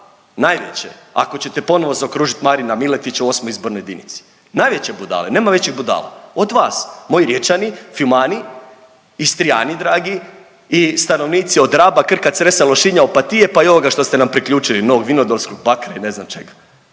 najveće ako ćete ponovo zaokružit Marina Miletića u VIII. izbornoj jedinici, najveće budale, nema većih budala od vas, moji Riječani, fiumani, Istrijani dragi i stanovnici od Raba, Krka, Cresa, Lošinja, Opatije, pa i ovoga što ste nam priključili Novog Vinodolskog, Bakra i ne znam čega…